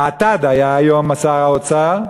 האטד היה היום, שר האוצר.